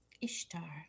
Ishtar